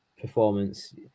performance